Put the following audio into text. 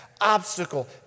Obstacle